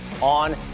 on